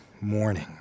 morning